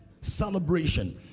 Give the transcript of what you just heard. celebration